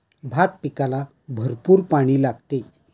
भात पिकाला भरपूर पाणी लागते